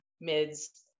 mids